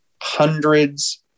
hundreds